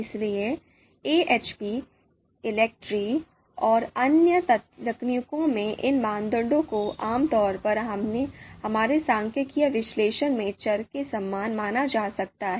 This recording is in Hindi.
इसलिए AHP ELECTRE और अन्य तकनीकों में इन मानदंडों को आमतौर पर हमारे सांख्यिकीय विश्लेषण में चर के समान माना जा सकता है